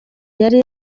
yari